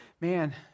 man